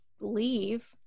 leave